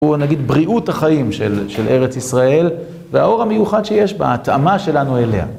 הוא נגיד בריאות החיים של ארץ ישראל והאור המיוחד שיש בה, ההתאמה שלנו אליה.